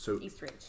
Eastridge